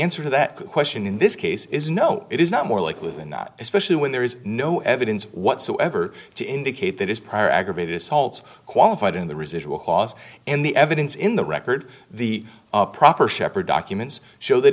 answer to that question in this case is no it is not more likely than not especially when there is no evidence whatsoever to indicate that his prior aggravated assault qualified in the residual clause and the evidence in the record the proper shepherd documents show that